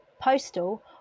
Postal